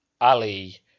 Ali